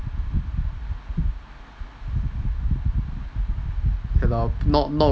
not not